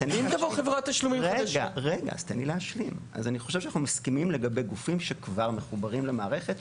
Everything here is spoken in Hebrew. אני חושב שאנחנו מסכימים לגבי גופים שכבר מחוברים למערכת,